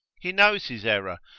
he knows his error,